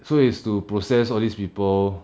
so is to process all these people lor